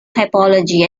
typology